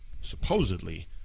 supposedly